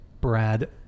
Brad